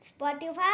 Spotify